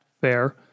Fair